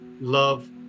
love